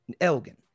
Elgin